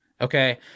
Okay